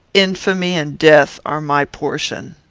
infamy and death are my portion.